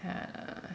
ya